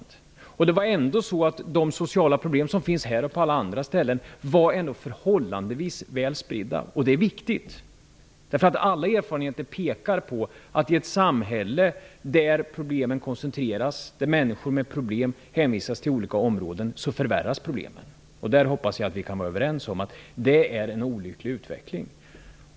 De sociala problemen i vårt land var ändå förhållandevis väl spridda. Det är viktigt. All erfarenhet pekar på att i ett samhälle där problemen koncentreras och där människor med problem hänvisas till vissa områden förvärras problemen. Jag hoppas att vi kan vara överens om att det är en olycklig utveckling.